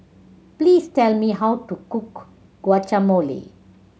please tell me how to cook Guacamole